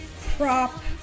prop